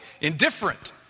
indifferent